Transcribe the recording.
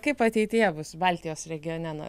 kaip ateityje bus baltijos regione na